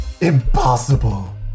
Impossible